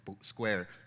square